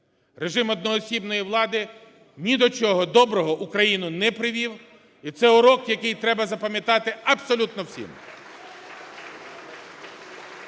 Режим одноосібної влади ні до чого доброго Україну не привів, і це урок, який треба запам'ятати абсолютно всім.